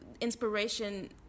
inspiration